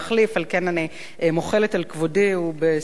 על כן אני מוחלת על כבודי, ובשמחה רבה.